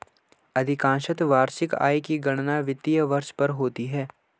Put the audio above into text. अधिकांशत वार्षिक आय की गणना वित्तीय वर्ष पर होती है